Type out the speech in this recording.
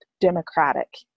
democratic